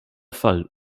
fall